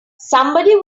somebody